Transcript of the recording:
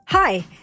Hi